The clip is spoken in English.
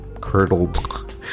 curdled